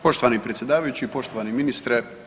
Poštovani predsjedavajući, poštovani ministre.